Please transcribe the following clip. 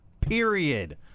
Period